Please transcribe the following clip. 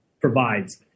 provides